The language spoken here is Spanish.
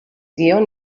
guion